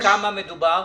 כמה מדובר?